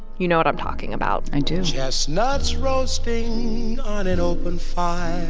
you know what i'm talking about i do chestnuts roasting on an open fire